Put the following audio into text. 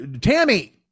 Tammy